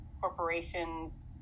corporation's